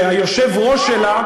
שהיושב-ראש שלה,